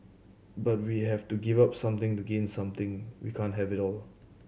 but we have to give up something to gain something we can't have it all